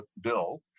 bill